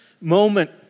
moment